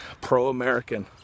pro-American